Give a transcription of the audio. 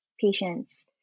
patients